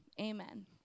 Amen